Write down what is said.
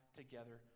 together